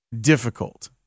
difficult